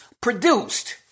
produced